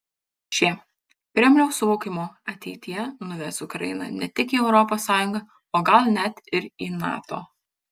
šie kremliaus suvokimu ateityje nuves ukrainą ne tik į europos sąjungą o gal net ir į nato